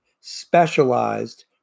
specialized